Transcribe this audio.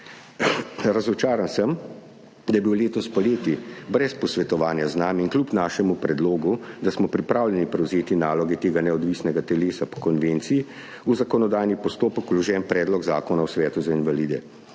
Razočaran sem, da je bil letos poleti brez posvetovanja z nami in kljub našemu predlogu, da smo pripravljeni prevzeti naloge tega neodvisnega telesa po konvenciji, v zakonodajni postopek vložen predlog zakona o svetu za invalide.